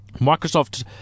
Microsoft